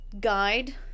guide